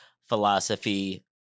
Philosophy